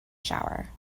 shower